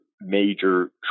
major